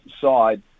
side